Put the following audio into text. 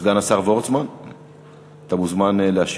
סגן השר, אתה מוזמן להשיב.